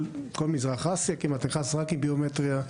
כל מזרח אסיה כמעט נכנס רק עם ביומטריה,